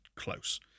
close